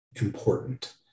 important